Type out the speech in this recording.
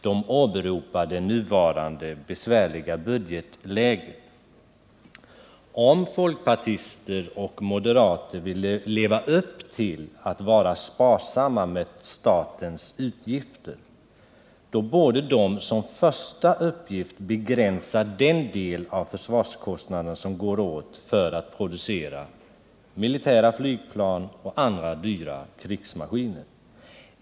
De åberopar det nuvarande besvärliga budgetläget. Om folkpartister och moderater vill leva upp till att vara sparsamma med statens utgifter borde de som första uppgift begränsa den del av försvarskostnaderna som går åt för att producera militära flygplan och andra dyra krigsmaskiner.